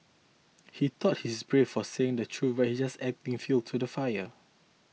he thought he's brave for saying the truth but he just adding fuel to the fire